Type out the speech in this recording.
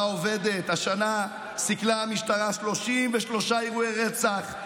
עובדת: השנה סיכלה המשטרה 33 אירועי רצח,